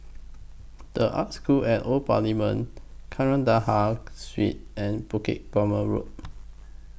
The Arts School At Old Parliament Kandahar Street and Bukit Purmei Road